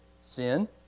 sin